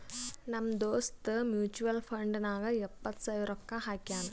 ನಮ್ ದೋಸ್ತ mutual fund ನಾಗ್ ಎಪ್ಪತ್ ಸಾವಿರ ರೊಕ್ಕಾ ಹಾಕ್ಯಾನ್